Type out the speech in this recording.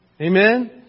Amen